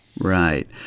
Right